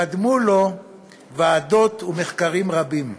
קדמו לו ועדות ומחקרים רבים.